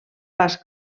pas